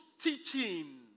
teaching